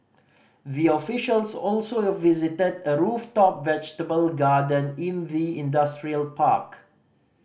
the officials also visited a rooftop vegetable garden in the industrial park